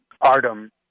Artem